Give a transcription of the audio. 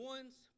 One's